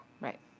Right